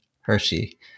Hershey